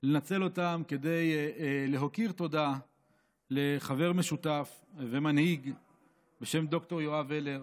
לנצל אותן כדי להכיר תודה לחבר משותף ומנהיג בשם ד"ר יואב הלר,